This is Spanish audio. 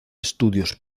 estudios